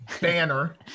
Banner